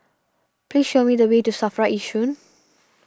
please show me the way to Safra Yishun